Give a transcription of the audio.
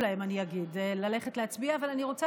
לך,